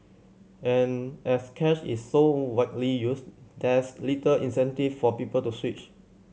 and as cash is so widely used there's little incentive for people to switch